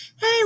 Hey